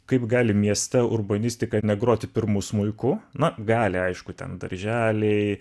kaip gali mieste urbanistika negroti pirmu smuiku na gali aišku ten darželiai